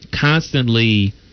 constantly